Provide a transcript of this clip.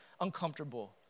uncomfortable